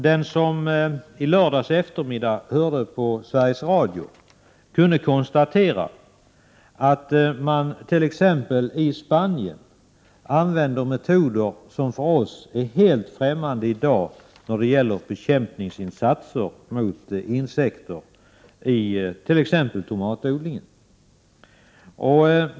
Den som i lördags eftermiddag hörde på Sveriges Radio kunde konstatera att man t.ex. i Spanien använder metoder som i dag är helt främmande för oss när det gäller bekämpningsinsatser mot insekter i t.ex. tomatodling.